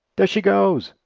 there she goes!